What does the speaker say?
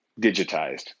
digitized